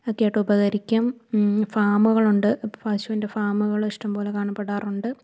ഒക്കെയായിട്ട് ഉപകരിക്കും ഫാമുകളുണ്ട് പശുവിൻ്റെ ഫാമുകളിഷ്ടംപോലെ കാണപ്പെടാറുണ്ട്